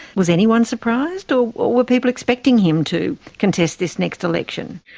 was anyone surprised, or were people expecting him to contest this next election?